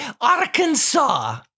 Arkansas